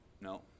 no